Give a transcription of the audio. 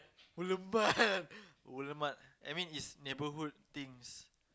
Woodland-Mart Woodland-Mart I mean it's neighbourhood things